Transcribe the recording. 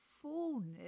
Fullness